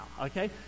okay